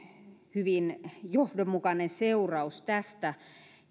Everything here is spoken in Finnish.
hyvin johdonmukainen seuraus tästä